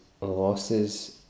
losses